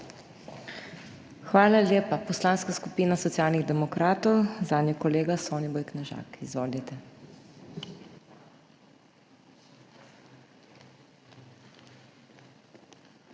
Hvala lepa. Poslanska skupina Socialnih demokratov, zanjo kolega Soniboj Knežak. Izvolite. SONIBOJ